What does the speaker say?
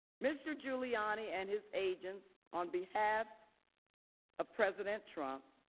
mr. giuliani and his agents on behalf of president trump,